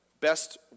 best